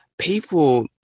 People